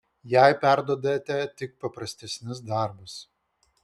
jai perduodate tik paprastesnius darbus